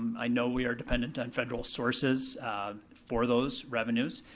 i know we are dependent on federal sources for those revenues.